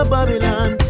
Babylon